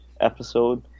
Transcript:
episode